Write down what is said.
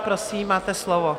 Prosím, máte slovo.